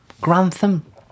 Grantham